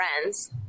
friends